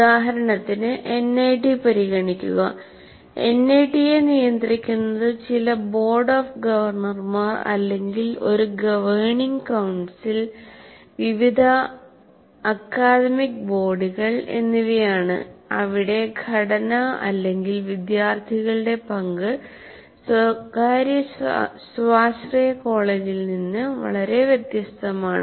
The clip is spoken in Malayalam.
ഉദാഹരണത്തിന് എൻഐടി പരിഗണിക്കുക എൻഐടിയെ നിയന്ത്രിക്കുന്നത് ചില ബോർഡ് ഓഫ് ഗവർണർമാർ അല്ലെങ്കിൽ ഒരു ഗവേണിംഗ് കൌൺസിൽ വിവിധ അക്കാദമിക് ബോഡികൾ എന്നിവയാണ് അവിടെ ഘടന അല്ലെങ്കിൽ വിദ്യാർത്ഥികളുടെ പങ്ക് സ്വകാര്യ സ്വാശ്രയ കോളേജിൽ നിന്ന് വളരെ വ്യത്യസ്തമാണ്